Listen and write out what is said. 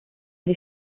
die